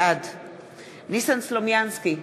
בעד ניסן סלומינסקי,